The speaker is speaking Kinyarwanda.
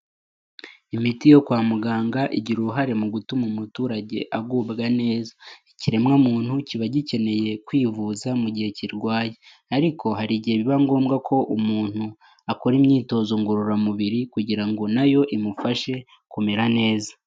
Imiti yo kwa muganga igira uruhare mu gutuma umuturage agubwa neza. Ikiremwamuntu kiba gikeneye kwivuza mu gihe kirwaye, ariko hari igihe biba ngombwa ko umuntu akora imyitozo ngororamubiri kugira ngo na yo imufashe kumera neza.